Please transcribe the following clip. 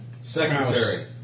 secretary